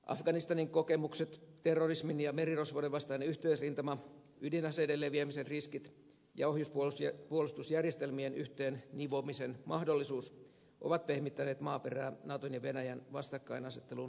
afganistanin kokemukset terrorismin ja merirosvouden vastainen yhteisrintama ydinaseiden leviämisen riskit ja ohjuspuolustusjärjestelmien yhteen nivomisen mahdollisuus ovat pehmittäneet maaperää naton ja venäjän vastakkainasettelun liennyttämiselle